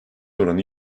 oranı